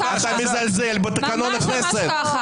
אתה מזלזל בתקנון הכנסת.